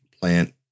plant